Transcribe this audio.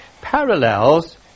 parallels